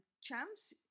champs